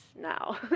now